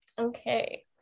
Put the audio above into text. okay